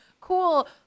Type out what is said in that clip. cool